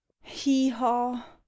hee-haw